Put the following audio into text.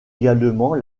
également